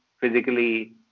physically